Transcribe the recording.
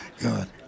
God